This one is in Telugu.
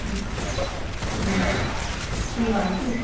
ఈ వన్ పీస్